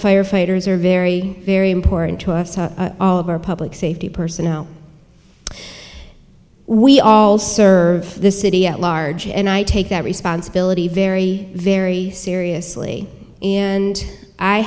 firefighters are very very important to us all of our public safety personnel we all serve the city at large and i take that responsibility very very seriously and i